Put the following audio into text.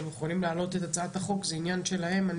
הם יכולים להעלות את הצעת החוק, זה עניין שלהם.